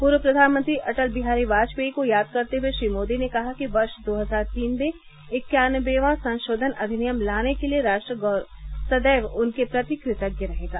पूर्व प्रधानमंत्री अटल बिहारी वाजपेयी को याद करते हुए श्री मोदी ने कहा कि वर्ष दो हजार तीन में इक्यानबवां संशोधन अधिनियम लाने के लिए राष्ट्र सदैव उनके प्रति कृतज्ञ रहेगा